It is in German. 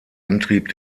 antrieb